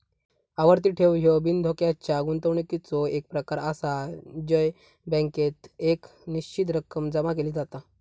आवर्ती ठेव ह्यो बिनधोक्याच्या गुंतवणुकीचो एक प्रकार आसा जय बँकेत एक निश्चित रक्कम जमा केली जाता